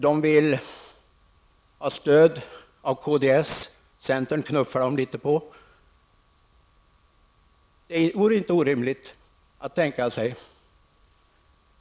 De vill ha stöd av kds, medan de knuffar undan centern.